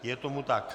Je tomu tak.